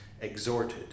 exhorted